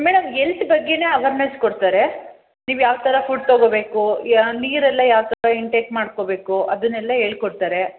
madam health ಬಗ್ಗೆನಾ awareness ಕೊಡ್ತಾರೆ ನೀವು ಯಾವ ಥರ ಫುಡ್ ತಗೊಳ್ಬೇಕು ಯಾವ ನೀರೆಲ್ಲ ಯಾವ ಥರ ಇಂಟೆಕ್ ಮಾಡ್ಕೊಳ್ಬೇಕು ಅದನ್ನೆಲ್ಲ ಹೇಳಿ ಕೊಡ್ತಾರೆ